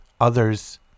Others